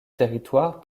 territoire